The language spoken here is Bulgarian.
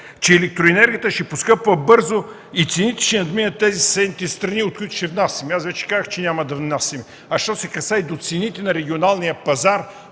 че електроенергията ще поскъпва бързо и цените ще надминат тези в съседните страни, от които ще внасяме. Аз вече казах, че няма да внасяме, а що се касае до цените на регионалния пазар